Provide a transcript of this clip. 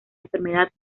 enfermedad